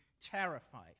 terrified